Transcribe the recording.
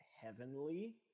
heavenly